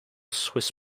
swiss